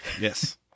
Yes